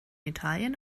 italien